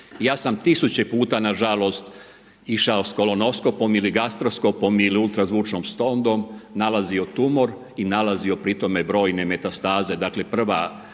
Ja sam tisuće puta na žalost išao sa kolonoskopom ili gastroskopom ili ultrazvučnom sondom, nalazio tumor i nalazio pri tome brojne metastaze.